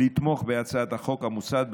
לתמוך בהצעת החוק המוצעת,